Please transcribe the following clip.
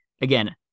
again